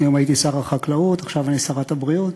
היום הייתי שר החקלאות, עכשיו אני שרת הבריאות,